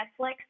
Netflix